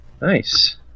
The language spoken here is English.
Nice